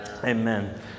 Amen